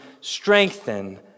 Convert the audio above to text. strengthen